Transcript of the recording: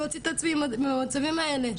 להוציא את עצמי מהמצבים האלה,